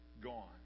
gone